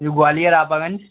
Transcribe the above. जी Gwalior